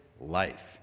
life